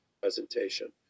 presentation